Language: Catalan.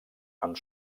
amb